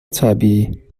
طبیعی